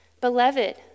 beloved